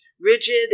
rigid